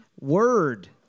word